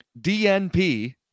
DNP